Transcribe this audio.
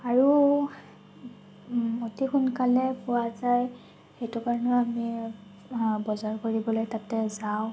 আৰু অতি সোনকালে পোৱা যায় সেইটো কাৰণেও আমি বজাৰ কৰিবলৈ তাতে যাওঁ